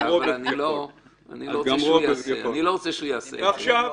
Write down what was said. אני יודע, אבל אני לא רוצה שהוא יעשה את זה.